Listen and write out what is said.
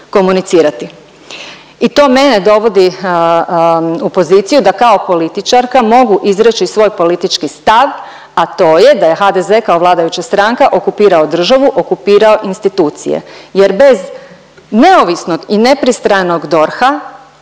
komunicirati. I to mene dovodi u poziciju da kao političarka mogu izreći svoj politički stav, a to je da je HDZ kao vladajuća stranka okupirao državu, okupirao institucije jer bez neovisnog i nepristranog DORH-a